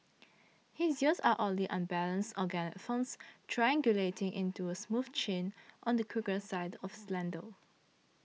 his ears are oddly unbalanced organic forms triangulating into a smooth chin on the quirkier side of slender